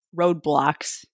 roadblocks